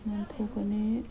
ꯅꯥꯟꯊꯣꯛꯀꯅꯤ